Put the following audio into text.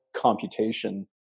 computation